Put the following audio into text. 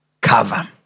cover